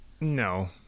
No